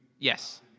Yes